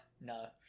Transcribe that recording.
No